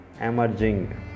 emerging